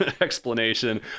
explanation